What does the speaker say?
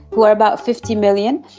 who are about fifty million,